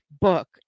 book